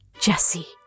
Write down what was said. Jesse